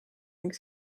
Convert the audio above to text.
ning